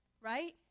right